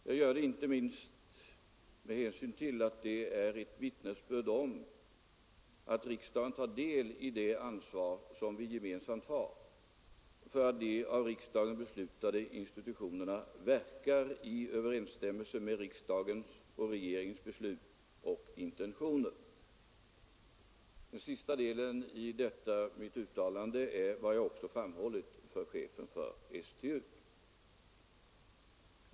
Jag gör det inte minst med hänsyn till att det är ett vittnesbörd om att riksdagen tar sin del av det ansvar som vi gemensamt har för att de av riksdagen beslutade institutionerna verkar i överensstämmelse med riksdagens och regeringens beslut och intentioner. Den sista delen av detta mitt uttalande är vad jag också framhållit för chefen för STU.